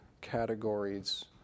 categories